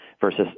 versus